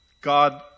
God